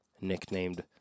nicknamed